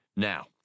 Now